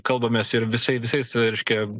kalbamės ir visai visais reiškia